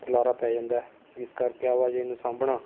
ਖਲਾਰਾ ਪੈ ਜਾਂਦਾ ਹੈ ਜਿਸ ਕਰਕੇ ਆਵਾਜਾਈ ਨੂੰ ਸਾਂਭਣਾ